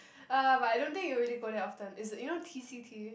uh but I don't think you'll really go there often is you know t_c_t